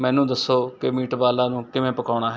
ਮੈਨੂੰ ਦੱਸੋ ਕਿ ਮੀਟਬਾਲਾਂ ਨੂੰ ਕਿਵੇਂ ਪਕਾਉਣਾ